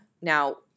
Now